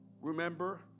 Remember